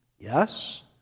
Yes